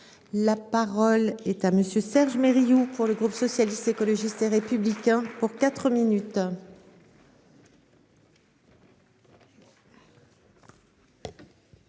La parole est à monsieur Serge Riou pour le groupe socialiste, écologiste et républicain pour 4 minutes.